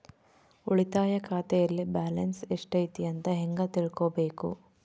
ಉಳಿತಾಯ ಖಾತೆಯಲ್ಲಿ ಬ್ಯಾಲೆನ್ಸ್ ಎಷ್ಟೈತಿ ಅಂತ ಹೆಂಗ ತಿಳ್ಕೊಬೇಕು?